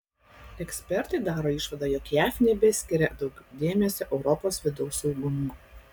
ekspertai daro išvadą jog jav nebeskiria daug dėmesio europos vidaus saugumui